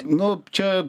nu čia